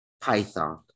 python